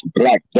black